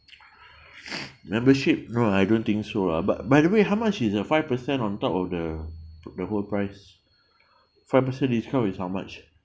membership no I don't think so ah but by the way how much is a five percent on top of the the whole price five percent discount is how much